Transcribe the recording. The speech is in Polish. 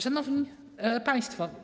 Szanowni Państwo!